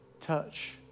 touch